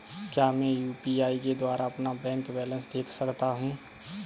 क्या मैं यू.पी.आई के द्वारा अपना बैंक बैलेंस देख सकता हूँ?